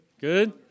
Good